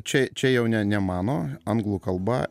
čia čia jau ne ne mano anglų kalba